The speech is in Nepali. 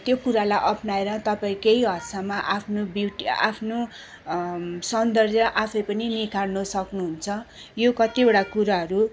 त्यो कुरालाई अपनाएर तपाईँ केही हदसम्म आफ्नो ब्युटी आफ्नो सौन्दर्य आफै पनि निखार्न सक्नुहुन्छ यो कतिवटा कुराहरू